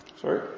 Sorry